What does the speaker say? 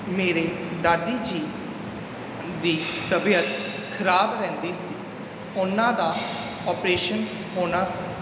ਮੇਰੇ ਦਾਦੀ ਜੀ ਦੀ ਤਬੀਅਤ ਖਰਾਬ ਰਹਿੰਦੀ ਸੀ ਉਹਨਾਂ ਦਾ ਆਪਰੇਸ਼ਨ ਹੋਣਾ ਸੀ